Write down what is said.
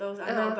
(uh huh)